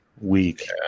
Week